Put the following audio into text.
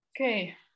Okay